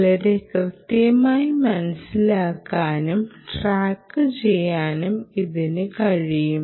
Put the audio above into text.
വളരെ കൃത്യമായി മനസ്സിലാക്കാനും ട്രാക്കുചെയ്യാനും ഇതിന് കഴിയും